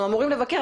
אנחנו אמורים לבקר,